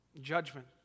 judgment